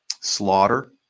Slaughter